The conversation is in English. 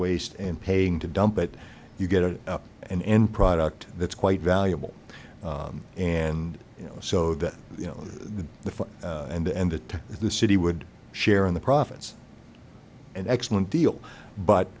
waste and paying to dump it you get an end product that's quite valuable and you know so that you know the the fun and the to the city would share in the profits an excellent deal but